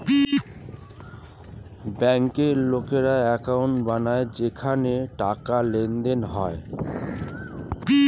ব্যাংকে লোকেরা অ্যাকাউন্ট বানায় যেখানে টাকার লেনদেন হয়